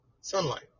Sunlight